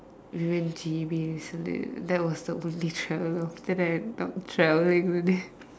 we went J_B recently that was the only travel after that stop traveling already